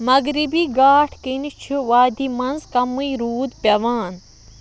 مغربی گھاٹ كِنہٕ چھُ وادی منٛز کمٕے روٗد پٮ۪وان